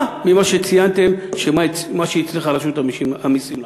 ממה שציינתם שהצליחה רשות המסים לעשות.